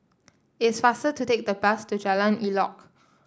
it's faster to take the bus to Jalan Elok